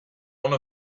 one